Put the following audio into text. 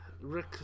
rick